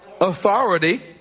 Authority